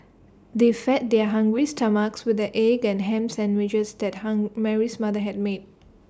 they fed their hungry stomachs with the egg and Ham Sandwiches that Mary's mother had made